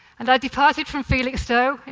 and i departed from felixstowe,